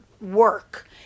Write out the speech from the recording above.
work